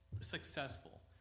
successful